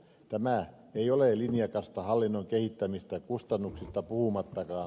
tämä ei ole linjakasta hallinnon kehittämistä kustannuksista puhumattakaan